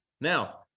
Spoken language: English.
Now